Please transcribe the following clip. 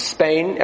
Spain